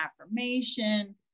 affirmation